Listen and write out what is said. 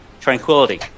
Tranquility